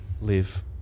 live